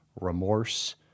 remorse